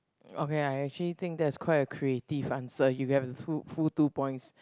okay I actually think that's quite a creative answer you get a to~ full two points